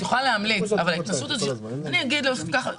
את יכולה להמליץ אבל ההתנשאות הזאת: אני אגיד לו לעשות ככה.